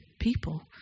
people